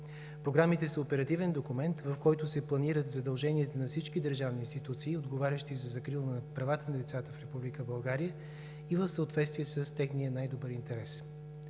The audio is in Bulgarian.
Програмите са оперативен документ, в който се планират задълженията на всички държавни институции, отговарящи за закрила на правата на децата в Република България, и в съответствие с техния най-добър интерес.